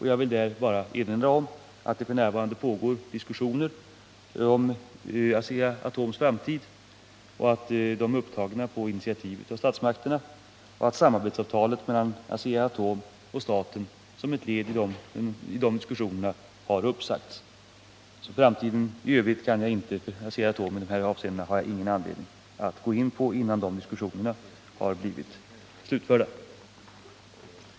Jag vill där bara erinra om att det f. n. inom statsmakterna pågår diskussioner om Asea-Atoms framtid och att, som ett led i dessa diskussioner, samarbetsavtalet mellan Asea och staten har uppsagts. Asea-Atoms framtid har jag i övrigt ingen anledning att gå in på innan dessa diskussioner har blivit slutförda.